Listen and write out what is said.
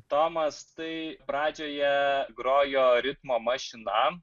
tomas tai pradžioje grojo ritmo mašina